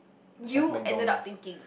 you ended up thinking